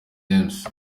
james